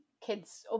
kids